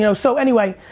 you know so anyway,